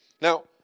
Now